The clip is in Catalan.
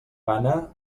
gana